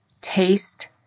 taste